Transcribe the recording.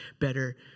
better